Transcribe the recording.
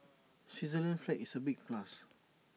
Switzerland's flag is A big plus